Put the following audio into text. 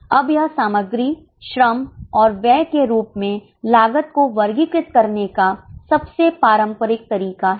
अब यह सामग्री श्रम और व्यय के रूप में लागत को वर्गीकृत करने का सबसे पारंपरिक तरीका है